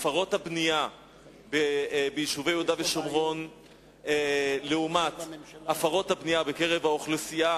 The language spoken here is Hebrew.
הפרות הבנייה ביישובי יהודה ושומרון לעומת הפרות הבנייה בקרב האוכלוסייה